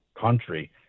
country